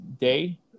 day